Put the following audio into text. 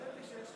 למה אין שעון?